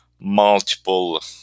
multiple